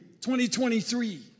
2023